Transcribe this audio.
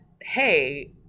hey